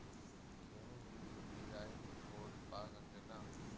केहू भी UPI code पा सकेला?